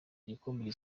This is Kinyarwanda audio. igikombe